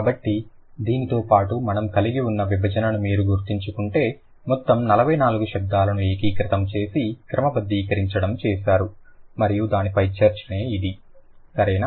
కాబట్టి దీనితో పాటు మనము కలిగి ఉన్న విభజనను మీకు గుర్తుంచుకుంటే మొత్తం 44 శబ్దాలను ఏకీకృతం చేసి క్రమబద్ధీకరించడం చేశారు మరియు దానిపై చర్చనే ఇది సరేనా